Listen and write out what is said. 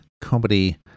comedy